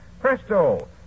presto